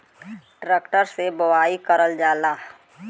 tractor से बोवाई करल जाला